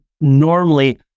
normally